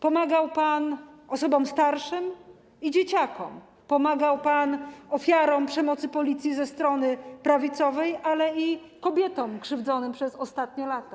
Pomagał pan osobom starszym i dzieciakom, pomagał pan ofiarom przemocy policji ze strony prawicowej, ale i kobietom krzywdzonym przez ostatnie lata.